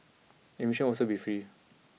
admission will also be free